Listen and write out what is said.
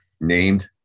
named